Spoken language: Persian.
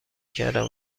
کردم